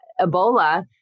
Ebola